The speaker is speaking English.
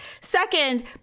Second